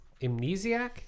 Amnesiac